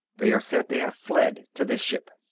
they are said to have fled to this ship.